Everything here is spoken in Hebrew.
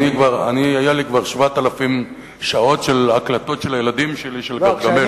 לי כבר היו 7,000 שעות של הקלטות של הילדים שלי של גרגמל.